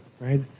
right